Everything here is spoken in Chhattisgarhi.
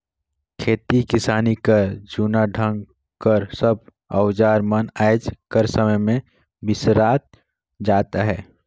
खेती किसानी कर जूना ढंग कर सब अउजार मन आएज कर समे मे बिसरात जात अहे